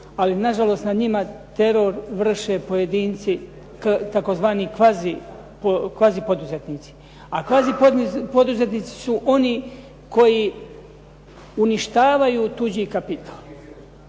Ali na žalost nad njima teror vrše pojedinci tzv. kvazi poduzetnici. A kvazi poduzetnici su oni koji uništavaju tuđi kapital.